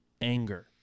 anger